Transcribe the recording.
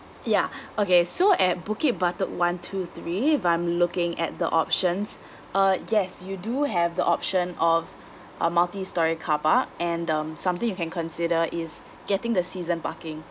yeah okay so at bukit batok one two three I'm looking at the options uh yes you do have the option of a multistorey car park and um something you can consider is getting the season parking